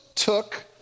Took